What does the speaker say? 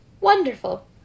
wonderful